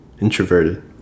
introverted